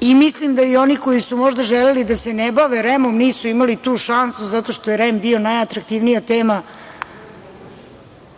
i mislim da i oni koji su možda želeli da se ne bave REM-om, nisu imali tu šansu zato što je REM bio najatraktivnija tema